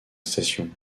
station